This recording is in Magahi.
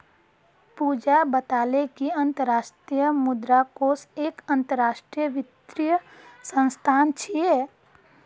पूजा बताले कि अंतर्राष्ट्रीय मुद्रा कोष एक अंतरराष्ट्रीय वित्तीय संस्थान छे